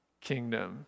kingdom